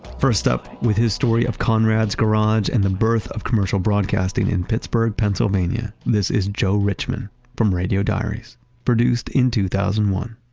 first up with his story of conrad's garage and the birth of commercial broadcasting in pittsburgh, pennsylvania. this is joe richman from radio diaries produced in two thousand and one